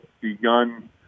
begun